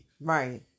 Right